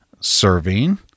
serving